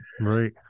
right